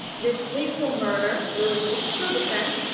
this hateful murder, lewis his true descent,